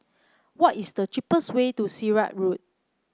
why is the cheapest way to Sirat Road